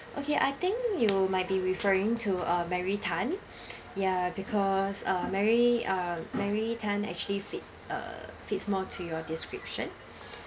okay I think you might be referring to uh mary tan yeah because mary uh mary tan actually fit fits more to your description